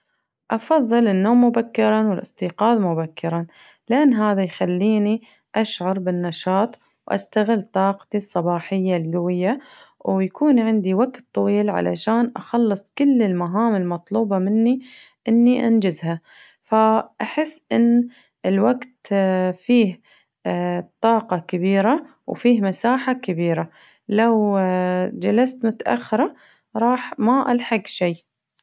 أفضل النوم مبكراً والاستيقاظ مبكراً لأن هذا يخليني أشعر بالنشاط وأستغل طاقتي الصباحية القوية ويكون عندي وقت طويل علشان أخلص كل المهام المطلوبة مني إني أنجزها فأحس إن الوقت فيه طاقة كبيرة وفيه مساحة كبيرة لو جلست متأخرة راح ما راح ألحق شي.